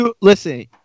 Listen